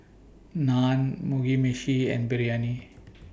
Naan Mugi Meshi and Biryani